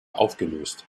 aufgelöst